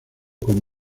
con